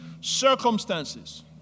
circumstances